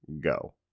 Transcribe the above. go